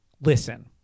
listen